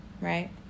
right